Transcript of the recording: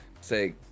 say